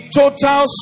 total